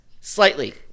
Slightly